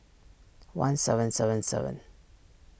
one seven seven seven